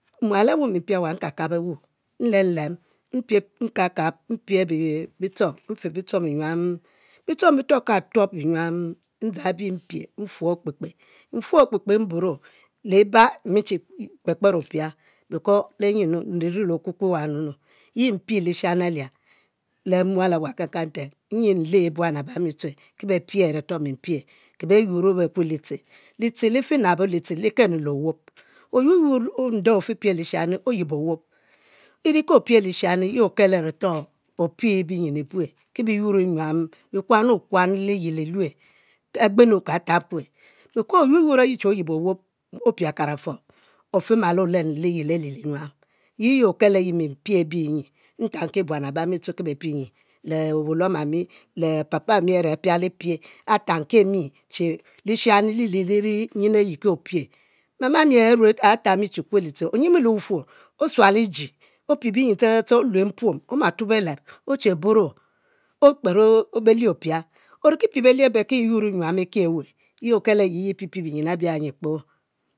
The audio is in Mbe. Mual awu mi mpipie awu kankang befuor nlem lem, nkab kab, mpie bitchong, mpie bitchong binyuam bitchong bituob ka tuob nyuam ndzang be mpie mfuo akpekpe, mfuo akpekpe, mgbe mburo, liba mmiche kper kper ofis because lenyinu nriri le okukue wanu nu, yi mpie lishani nyi le mual awab kankan nten, yi nle buan abami tue ki be pia ke beyuor bekue liteh, litah lifinabo, liteh likenu lw owob, o yur yur nde otipia lishani, oyibo owop iri ke opie lishani yi okelo are opie binyin e bue, kibi your nyuam ke bikuano kuan le liyel e'lue, ki agbenu katab kue because oyur yur che oyibo owob opi akarafuan ofi malo olenu liye ali li nyuam yi okelo ayi mpie bi nyi, nkalki buan abami ki bepie nyi le wuluom ami le papami are atankimi che lishani yi li li ri nyin ayi ke opie, mama ami atang mi che kue lite, onyimu le wufuor osual iji, opie binyin ste ste ste olue mpuom omatuo beleb oche buro okper belie ofia ori ki pie belie abe ki yur nyuam e'ki e'weh yi okelo ayi ye e'piepie binyin abia nyi kpoo.